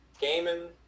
Gaming